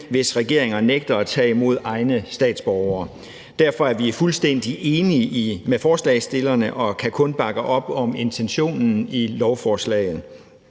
hvis regeringer nægter at tage imod egne statsborgere. Derfor er vi fuldstændig enige med forslagsstillerne og kan kun bakke op om intentionen i lovforslaget.